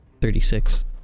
Thirty-six